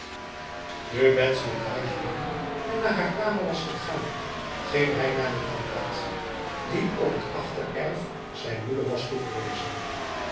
het huis binnen en naar haar kamer was gegaan ging hij naar de tampat die op het achtererf zijn moeder was toegewezen